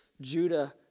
Judah